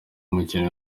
n’umukinnyi